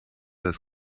das